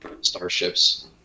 starships